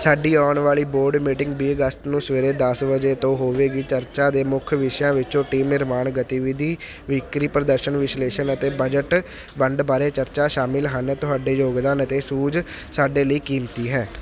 ਸਾਡੀ ਆਉਣ ਵਾਲੀ ਬੋਰਡ ਮੀਟਿੰਗ ਵੀਹ ਅਗਸਤ ਨੂੰ ਸਵੇਰੇ ਦਸ ਵਜੇ ਤੋਂ ਹੋਵੇਗੀ ਚਰਚਾ ਦੇ ਮੁੱਖ ਵਿਸ਼ਿਆਂ ਵਿੱਚੋਂ ਟੀਮ ਨਿਰਮਾਣ ਗਤੀਵਿਧੀ ਵਿਕਰੀ ਪ੍ਰਦਰਸ਼ਨ ਵਿਸ਼ਲੇਸ਼ਣ ਅਤੇ ਬਜਟ ਵੰਡ ਬਾਰੇ ਚਰਚਾ ਸ਼ਾਮਿਲ ਹਨ ਤੁਹਾਡਾ ਯੋਗਦਾਨ ਅਤੇ ਸੂਝ ਸਾਡੇ ਲਈ ਕੀਮਤੀ ਹੈ